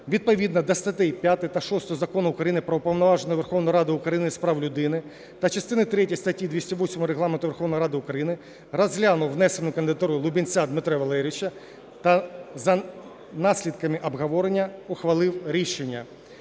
відповідно до статей 5 та 6 Закону України "Про Уповноваженого Верховної Ради України з прав людини" та частини 3 статті 208 Регламенту Верховної Ради України розглянув внесену кандидатуру Лубінця Дмитра Валерійовича та за наслідками обговорення ухвалив рішення